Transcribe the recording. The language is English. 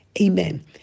Amen